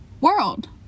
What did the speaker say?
world